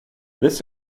this